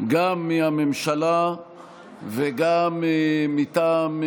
גם מהממשלה וגם מטעם,